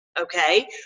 okay